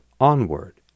onward